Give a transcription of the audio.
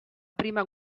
prima